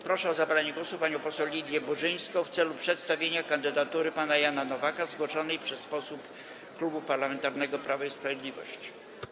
Proszę o zabranie głosu panią poseł Lidię Burzyńską w celu przedstawienia kandydatury pana Jana Nowaka zgłoszonej przez posłów Klubu Parlamentarnego Prawo i Sprawiedliwość.